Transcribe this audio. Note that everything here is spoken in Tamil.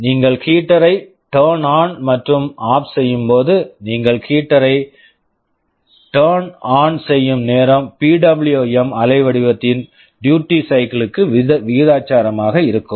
நீங்கள் ஹீட்டரை heater ஐ டர்ன் ஆன் turn ON மற்றும் ஆப் OFF செய்யும்போது நீங்கள் ஹீட்டர் heater ஐ டர்ன் ஆன் turn ON செய்யும் நேரம் பிடபிள்யூஎம் PWM அலைவடிவத்தின் டியூட்டி சைக்கிள் duty cycle க்கு விகிதாசாரமாக இருக்கும்